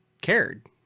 cared